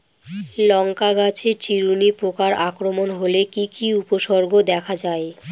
লঙ্কা গাছের চিরুনি পোকার আক্রমণ হলে কি কি উপসর্গ দেখা যায়?